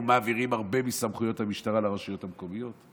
מעבירים הרבה מסמכויות המשטרה לרשויות המקומיות.